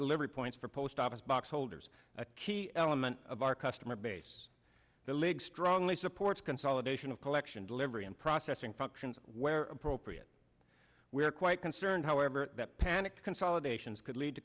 delivery points for post office box holders a key element of our customer base the league strongly supports consolidation of collection delivery and processing functions where appropriate we are quite concerned however that panic consolidations could lead to